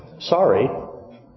Sorry